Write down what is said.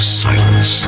silence